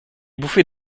bouffées